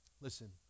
Listen